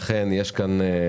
לכן יש כאן